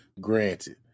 granted